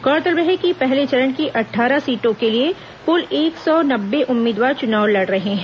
गौरतलब है कि पहले चरण की अटठारह सीटों के लिए कुल एक सौ नब्बे उम्मीदवार चुनाव लड़ रहे हैं